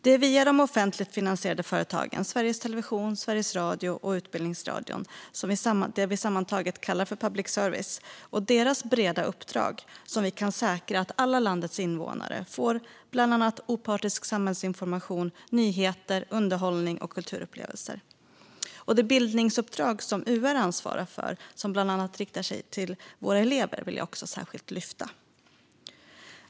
Det är via de offentligt finansierade företagen Sveriges Television, Sveriges Radio och Utbildningsradion, det vi sammantaget kallar public service, och deras breda uppdrag som vi kan säkra att alla landets invånare får bland annat opartisk samhällsinformation, nyheter, underhållning och kulturupplevelser. Det bildningsuppdrag som UR ansvarar för, som bland annat avser våra elever, vill jag också särskilt lyfta.